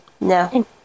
No